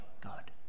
God